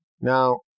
Now